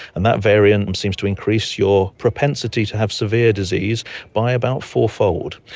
and that variant seems to increase your propensity to have severe disease by about four-fold.